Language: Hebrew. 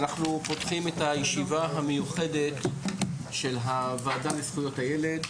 אנחנו פותחים את הישיבה המיוחדת של הוועדה לזכויות הילד,